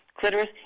clitoris